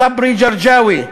סברי ג'רג'אוי,